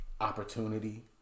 opportunity